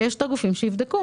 ויש את הגופים שיבדקו.